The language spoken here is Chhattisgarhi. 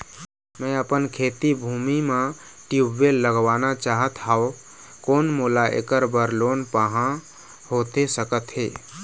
मैं अपन खेती भूमि म ट्यूबवेल लगवाना चाहत हाव, कोन मोला ऐकर बर लोन पाहां होथे सकत हे?